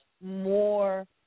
more